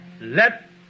let